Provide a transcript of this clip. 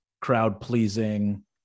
crowd-pleasing